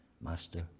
Master